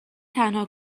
تنها